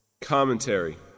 Commentary